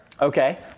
Okay